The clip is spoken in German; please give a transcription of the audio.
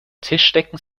tischdecken